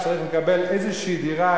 צריך לקבל איזו דירה,